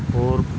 ਹੋਰ